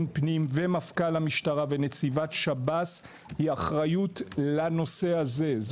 הפנים ומפכ"ל המשטרה ונציבת שב"ס היא אחריות לנושא הזה.